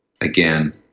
again